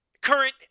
current